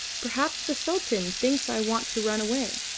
perhaps the sultan thinks i want to run away.